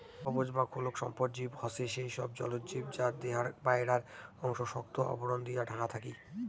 কবচ বা খোলক সম্পন্ন জীব হসে সেই সব জলজ জীব যার দেহার বায়রার অংশ শক্ত আবরণ দিয়া ঢাকা থাকি